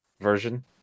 version